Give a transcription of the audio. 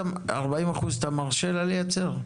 40% אתה מרשה לה לייצר?